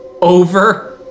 over